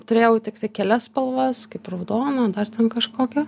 turėjau tiktai kelias spalvas kaip raudona dar ten kažkokia